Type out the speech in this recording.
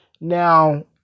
Now